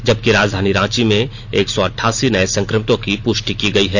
जबकि राजधानी रांची में एक सौ अठासी नये संक्रमितों की पुष्टि की गयी है